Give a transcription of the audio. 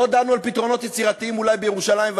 לא דנו על פתרונות יצירתיים בירושלים,